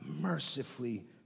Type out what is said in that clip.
mercifully